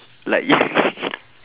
like yes